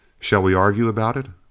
shall we argue about it?